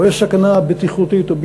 או יש סכנה בטיחותית או ביטחונית,